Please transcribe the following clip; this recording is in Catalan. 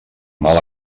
mal